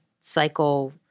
cycle